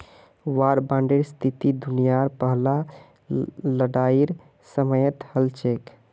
वार बांडेर स्थिति दुनियार पहला लड़ाईर समयेत हल छेक